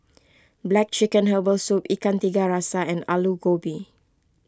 Black Chicken Herbal Soup Ikan Tiga Rasa and Aloo Gobi